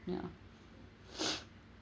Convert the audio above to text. ya